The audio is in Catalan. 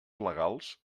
legals